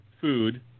food